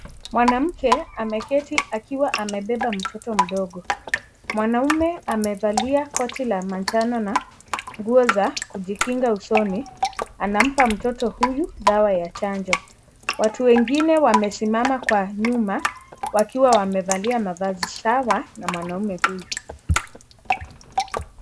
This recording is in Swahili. Mwanamke ameketi akiwa amebeba mtoto mdogo. Mwanaume amevalia koti la manjano na nguo za kujikinga usoni, anampa mtoto huyu dawa la janjo watu wengine wamesimama kwa nyuma wakiwa wamevalia mavazi sawa na mwanaume huyu.